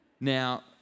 Now